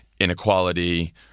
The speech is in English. inequality